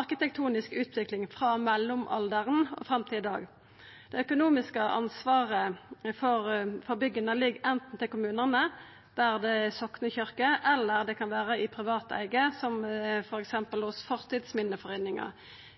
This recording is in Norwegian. arkitektonisk utvikling frå mellomalderen fram til i dag. Det økonomiske ansvaret for bygga ligg anten til kommunane, der det er soknekyrkje, eller det kan vera i privat eige, som f.eks. hos Fortidsminneforeininga.